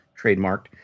trademarked